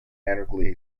adequately